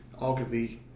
Arguably